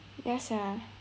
ya sia